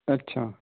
ਅੱਛਾ